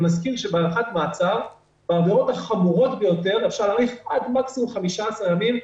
אני מזכיר שהארכת מעצר בעבירות החמורות ביותר היא מקסימום 15 ימים,